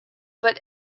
but